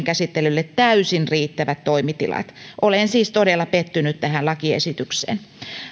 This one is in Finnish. käsittelylle täysin riittävät toimitilat olen siis todella pettynyt tähän lakiesitykseen